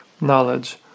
knowledge